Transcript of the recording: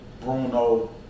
Bruno